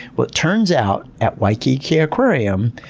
but it turns out, at waikiki aquarium,